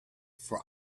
for